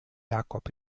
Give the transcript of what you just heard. jacob